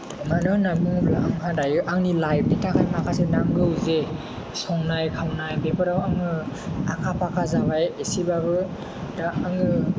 मानो होन्ना बुङोब्ला आंहा दायो आंनि लाइफनि थाखाय माखासे नांगौ जे संनाय खावनाय बेफोराव आङो आखा फाखा जाबाय एसेबाबो दा आङो